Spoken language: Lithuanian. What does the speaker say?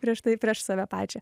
prieš tai prieš save pačią